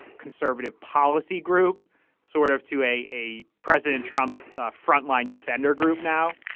conservative policy group sort of to a a president trump's frontline defender group now.